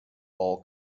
all